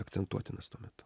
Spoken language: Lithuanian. akcentuotinas tuo metu